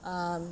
um